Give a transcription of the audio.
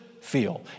feel